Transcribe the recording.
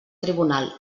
tribunal